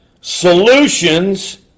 Solutions